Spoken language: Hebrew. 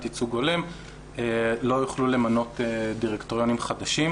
ייצוג הולם לא יוכלו למנות דירקטוריונים חדשים.